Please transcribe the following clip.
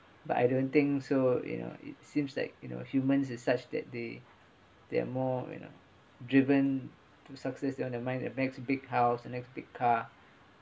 but I don't think so you know it seems like you know humans is such that they they are more you know driven to success on their mind that makes big house and makes big car